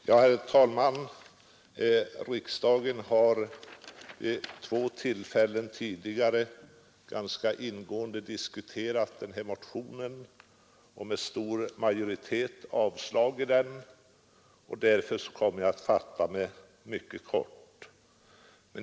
Herr talman! Riksdagen har vid två tidigare tillfällen ganska ingående diskuterat motioner med samma syfte som den förevarande och med stor majoritet avslagit dem, och därför kommer jag att fatta mig mycket kort.